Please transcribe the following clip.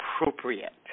appropriate